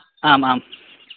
आम् आम्